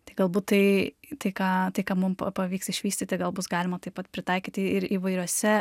tai galbūt tai tai ką tai ką mum pa pavyks išvystyti gal bus galima taip pat pritaikyti ir įvairiose